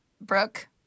Brooke